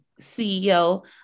CEO